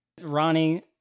Ronnie